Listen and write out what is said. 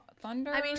Thunder